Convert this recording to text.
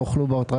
ברוך לוברט,